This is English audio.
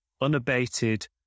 Unabated